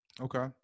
Okay